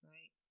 Right